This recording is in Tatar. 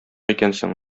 икәнсең